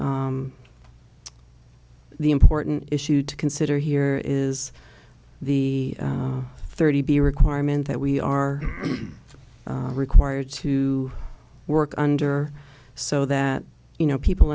the important issue to consider here is the thirty b requirement that we are required to work under so that you know people